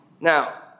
Now